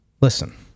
Listen